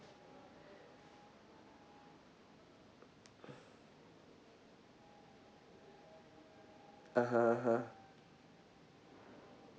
(uh huh) (uh huh)